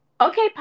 Okay